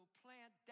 plant